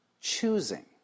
choosing